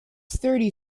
thirty